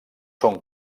són